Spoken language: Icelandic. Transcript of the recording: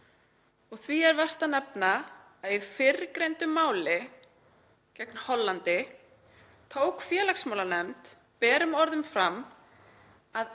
Því er vert að nefna að í fyrrgreindum máli gegn Hollandi tók félagsmálanefnd fram berum orðum að